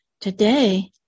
Today